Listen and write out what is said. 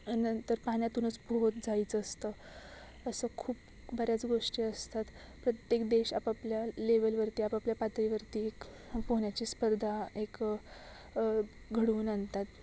नंतर पान्यातूनच पोहत जायचं असतं असं खूप बऱ्याच गोष्टी असतात प्रत्येक देश आपापल्या लेवलवरती आपापल्या पातळीवरती एक पोहन्याची स्पर्धा एक घडवून आनतात